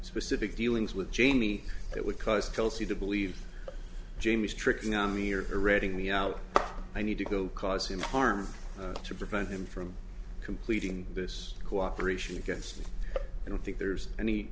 specific dealings with jamie that would cause tells you to believe james tricking on me or reading me out i need to go cause him harm to prevent him from completing this cooperation against me i don't think there's any